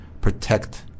protect